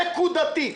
נקודתית.